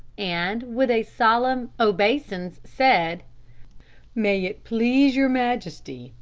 and with a solemn obeisance said may it please your majesty,